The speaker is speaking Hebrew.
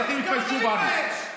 האזרחים התביישו בנו.